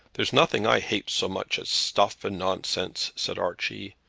there's nothing i hate so much as stuff and nonsense, said archie.